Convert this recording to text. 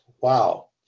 Wow